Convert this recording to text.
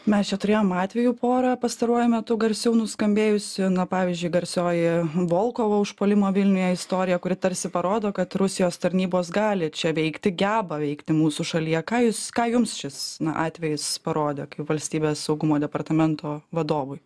mes čia turėjom atvejų pora pastaruoju metu garsiau nuskambėjusių na pavyzdžiui garsioji volkovo užpuolimo vilniuje istorija kuri tarsi parodo kad rusijos tarnybos gali čia veikti geba veikti mūsų šalyje ką jūs ką jums šis atvejis parodė kaip valstybės saugumo departamento vadovui